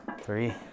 three